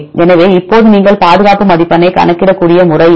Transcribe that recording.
எனவே இப்போது நீங்கள் பாதுகாப்பு மதிப்பெண்ணைக் கணக்கிடக்கூடிய முறை இது